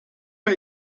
bei